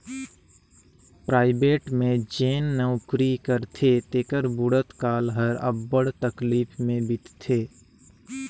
private में जेन नउकरी करथे तेकर बुढ़त काल हर अब्बड़ तकलीफ में बीतथे